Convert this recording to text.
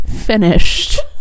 finished